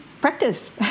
Practice